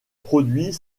produit